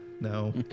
no